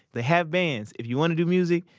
they have bands. if you want to do music,